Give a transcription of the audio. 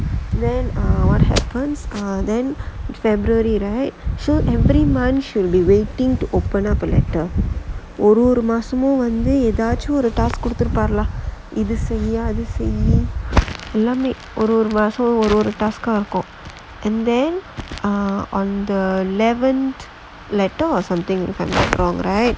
then err february right so every month she would be waiting to open up a letter ஒரு ஒரு மாசமும் வந்து எதாவது ஒரு:oru oru maasamum vanthu ethaavathu oru task குடுத்து இருப்பார்ல இத செய் அத செய் எல்லாமே ஒரு ஒரு மாசமும் ஒரு ஒரு:kuduthu irupaarla itha sei atha sei ellaamae oru oru maasamum oru oru task இருக்கும்:irukkum and then ah on the eleven letter or something if I'm not wrong right